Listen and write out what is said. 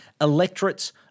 electorates